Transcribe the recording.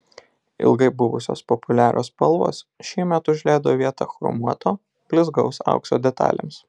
ilgai buvusios populiarios spalvos šiemet užleido vietą chromuoto blizgaus aukso detalėms